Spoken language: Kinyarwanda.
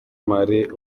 marie